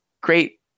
great